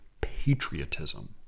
patriotism